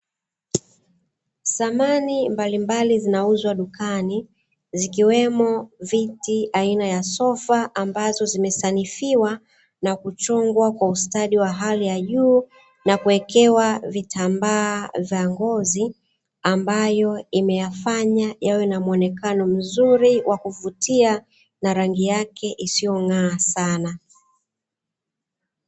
Samani mbalimbali zinauzwa dukani, zikiwemo viti aina ya sofa ambazo vimesanifiwa na kuchongwa kwa ustadi wa hali ya juu na kuwekewa vitambaa vya ngozi, ambayo imeyafanya yawe na muonekano mzuri wa kuvutia na rangi yake isiyong’aa sana.